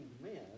men